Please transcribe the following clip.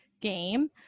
game